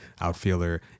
outfielder